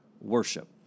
worship